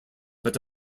but